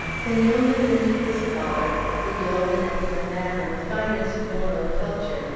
the yeoman and the scholar the yeoman and the man of finest moral culture,